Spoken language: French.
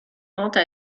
rentes